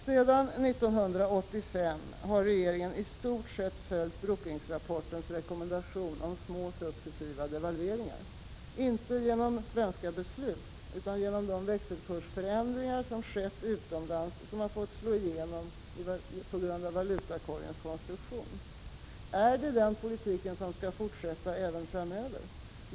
Sedan 1985 har regeringen i stort sett följt Brookingsrapportens rekommendation om små successiva devalveringar; inte genom svenska beslut utan genom att de växelkursförändringar som skett utomlands har fått slå igenom på grund av valutakorgens konstruktion. Är det den politiken som skall fortsätta att gälla även framöver?